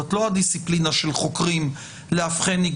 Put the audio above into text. וזאת לא הדיסציפלינה של חוקרים לאבחן.